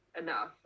enough